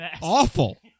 Awful